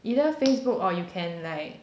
either facebook or you can like